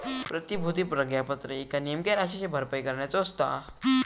प्रतिभूती प्रतिज्ञापत्र एका नेमक्या राशीची भरपाई करण्याचो असता